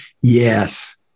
Yes